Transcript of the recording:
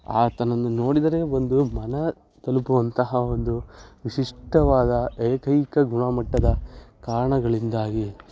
ಆತನನ್ನು ನೋಡಿದರೆ ಒಂದು ಮನ ತಲುಪುವಂತಹ ಒಂದು ವಿಶಿಷ್ಟವಾದ ಏಕೈಕ ಗುಣಮಟ್ಟದ ಕಾರಣಗಳಿಂದಾಗಿ